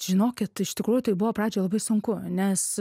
žinokit iš tikrųjų tai buvo pradžioj labai sunku nes